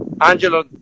Angelo